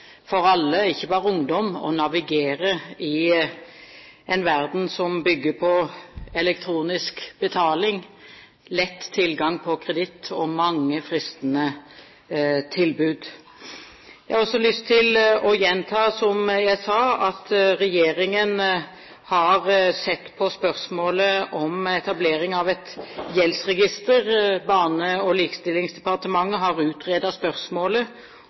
for alle, ikke bare for ungdom, å navigere i en verden som bygger på elektronisk betaling, lett tilgang på kreditt og mange fristende tilbud. Jeg har også lyst til å gjenta det jeg sa om at regjeringen har sett på spørsmålet om etablering av et gjeldsregister. Barne- og likestillingsdepartementet har utredet spørsmålet,